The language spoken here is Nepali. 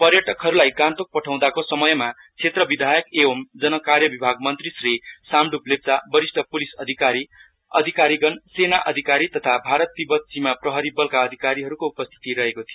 पर्यटकहरूली गान्तोक पठाउँदाको समयमा क्षेत्र विधायक एवम जन कार्य विभाग मन्त्री श्री समप्प लेप्चा वरिष्ठ प्लिस अधिकारी अधिकारीगण सेना अधिकारी तथा भारत तिब्बत सेना प्रहरी बलका अधिकारीहरूको उपस्थिति थियो